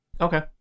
Okay